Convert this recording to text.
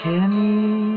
Kenny